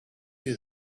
you